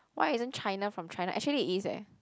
why isn't China from China actually it is eh